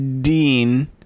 Dean